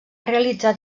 realitzat